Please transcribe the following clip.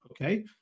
Okay